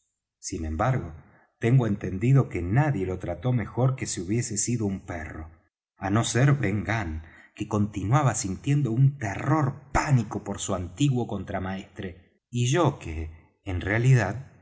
sin embargo tengo entendido que nadie lo trató mejor que si hubiese sido un perro á no ser ben gunn que continuaba sintiendo un terror pánico por su antiguo contramaestre y yo que en realidad